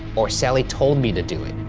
or, sallie told me to do it.